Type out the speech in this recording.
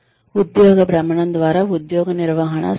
ఉద్యోగ భ్రమణం ద్వారా ఉద్యోగ నిర్వాహక శిక్షణ